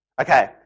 Okay